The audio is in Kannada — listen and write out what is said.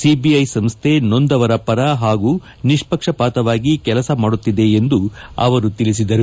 ಸಿಬಿಐ ಸಂಸ್ತೆ ನೊಂದವರ ಪರ ಹಾಗೂ ನಿಷ್ನಕ್ಷಪಾತವಾಗಿ ಕೆಲಸ ಮಾದುತ್ತಿದೆ ಎಂದು ತಿಳಿಸಿದ್ದಾರೆ